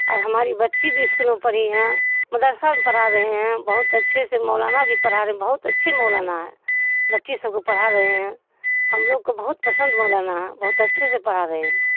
اور ہماری بچی بھی اسکول میں پڑھی ہیں مدرسہ میں پڑھا رہے ہیں بہت اچھے سے مولانا بھی پڑھا رہے ہیں بہت اچھے مولانا ہیں بچی سب کو پڑھا رہے ہیں ہم لوگ کو بہت پسند مولانا ہیں بہت اچھے سے پڑھا رہے ہیں